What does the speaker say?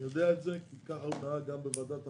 אני יודע את זה, כי כך הוא נהג גם בוועדת הבחירות.